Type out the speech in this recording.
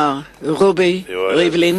מר רובי ריבלין,